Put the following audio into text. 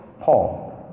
Paul